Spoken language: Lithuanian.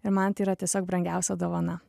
ir man tai yra tiesiog brangiausia dovana